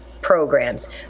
programs